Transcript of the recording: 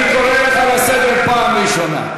אני קורא אותך לסדר פעם ראשונה.